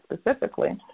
specifically